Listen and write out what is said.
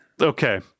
okay